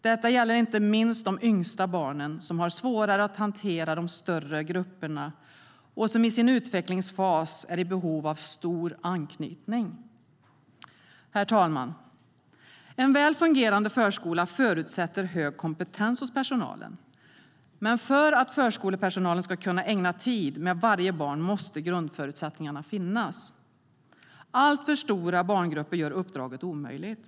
Detta gäller inte minst de yngsta barnen, som har svårare att hantera de större grupperna och som i sin utvecklingsfas är i behov av stor anknytning. Herr talman! En väl fungerande förskola förutsätter hög kompetens hos personalen. Men för att förskolepersonalen ska kunna ägna tid med varje barn måste grundförutsättningarna finnas. Alltför stora barngrupper gör uppdraget omöjligt.